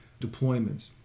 deployments